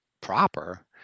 proper